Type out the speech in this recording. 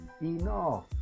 enough